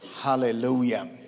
Hallelujah